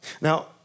Now